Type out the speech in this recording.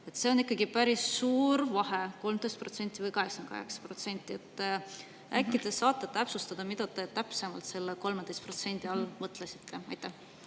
See on ikkagi päris suur vahe: 13% või 88%. Äkki te saate täpsustada, mida te täpsemalt selle 13% all mõtlesite? Aitäh!